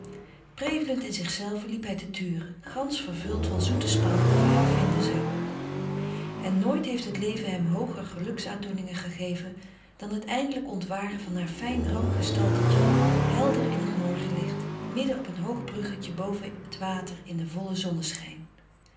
prevelend in zich zelve liep hij te turen gansch vervuld van zoete spanning of hij haar vinden zou en nooit heeft het leven hem hooger geluksaandoeningen gegeven dan het eindelijk ontwaren van haar fijn rank gestaltetje helder in t morgenlicht midden op een hoog bruggetje boven t water in den vollen zonneschijn